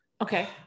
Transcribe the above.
okay